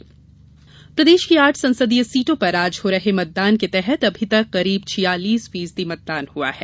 प्रदेश मतदान प्रदेश की आठ संसदीय सीटों पर आज हो रहे मतदान के तहत अभी तक करीब छियालीस फीसदी मतदान हुआ है